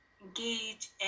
engage